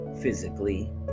physically